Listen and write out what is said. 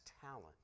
talent